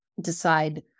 decide